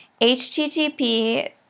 HTTP